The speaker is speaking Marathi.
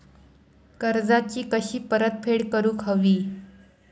कर्जाची कशी परतफेड करूक हवी?